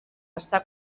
està